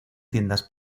tiendas